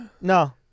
No